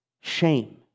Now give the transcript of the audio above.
shame